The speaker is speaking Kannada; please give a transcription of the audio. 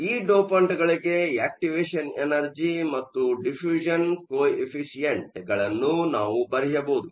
ಈ ಡೋಪಂಟ್ಗಳಿಗೆ ಆಕ್ಟಿವೆಷನ್ ಎನರ್ಜಿ ಮತ್ತು ಡಿಫೂ಼ಷ಼ನ್ ಕೋಇಫಿ಼ಷಂಟ್ಗಳನ್ನು ನಾವು ಬರೆಯಬಹುದು